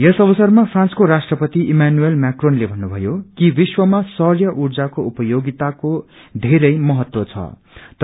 यस अवसरमा फ्रान्सको राष्ट्रपति इमैनुअल मैक्रोनले भन्नुथयो कि विश्वया ख्रैय ऊर्जाको उपयोगिताको बेरै महत्व छ